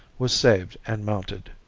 was saved and mounted.